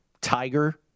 Tiger